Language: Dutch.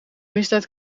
misdaad